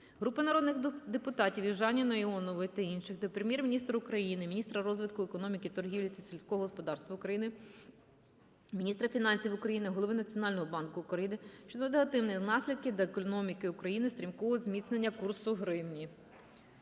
Групи народних депутатів (Южаніної, Іонової та інших) до Прем'єр-міністра України, міністра розвитку економіки, торгівлі та сільського господарства України, міністра фінансів України, голови Національного банку України щодо негативних наслідків для економіки України стрімкого зміцнення курсу гривні.